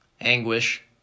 Anguish